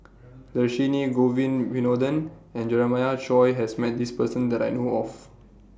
Dhershini Govin Winodan and Jeremiah Choy has Met This Person that I know of